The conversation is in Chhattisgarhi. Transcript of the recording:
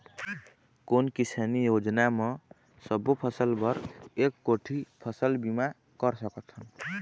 कोन किसानी योजना म सबों फ़सल बर एक कोठी फ़सल बीमा कर सकथन?